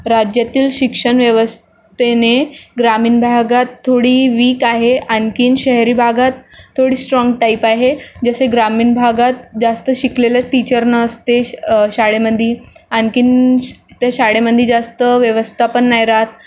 राज्यातील शिक्षण व्यवस्था ग्रामीण भागात थोडी वीक आहे आणखीन शहरी भागात थोडी स्ट्राँग टाइप आहे जसे ग्रामीण भागात जास्त शिकलेले टीचर नसते शाळेमध्ये आणखीन त्या शाळेमध्ये जास्त व्यवस्था पण नाही राहत